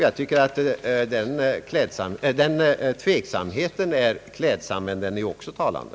Jag tycker att den tveksamheten är klädsam, men den är också talande.